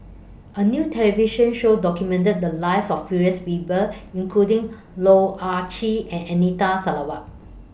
A New television Show documented The Lives of various People including Loh Ah Chee and Anita Sarawak